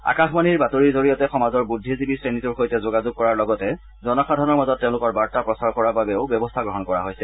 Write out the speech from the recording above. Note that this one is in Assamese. আকাশবাণীৰ বাতৰিৰ জৰিয়তে সমাজৰ বুদ্ধিজীৱী শ্ৰেণীটোৰ সৈতে যোগাযোগ কৰাৰ লগতে জনসাধাৰণৰ মাজত তেওঁলোকৰ বাৰ্তা প্ৰচাৰ কৰাৰ বাবেও ব্যৱস্থা গ্ৰহণ কৰা হৈছে